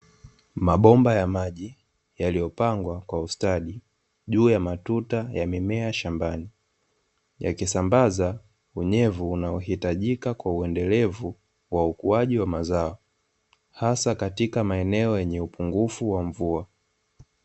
Mabomba ya maji yaliyo pangwa kwa ustadi juu ya matuta ya mimea shambani, Yakisambaza unyevu unao hitajika kwa uendelevu wa ukuaji wa mazao, hasa katika maeneo yenye upungufu wa mvua.